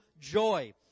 joy